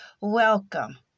Welcome